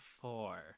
four